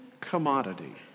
commodity